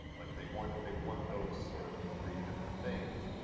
like they want they want those sort of three different things.